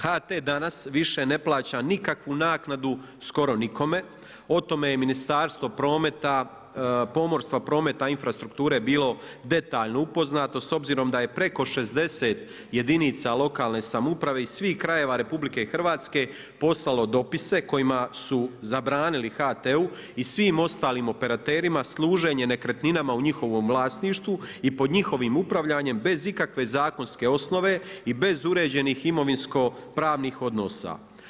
HT danas više ne plaća nikakvu naknadu skoro nikome, o tome je Ministarstvo pomorstva, prometa i infrastrukture bilo detaljno upoznato s obzirom da je preko 60 jedinica lokalne samouprave iz svih krajeva RH poslalo dopise kojima su zabranili HT-u i svim ostalim operaterima služenje nekretnina u njihovom vlasništvu i pod njihovim upravljanjem bez ikakve zakonske osnove, i bez uređenih imovinsko-pravnih odnosa.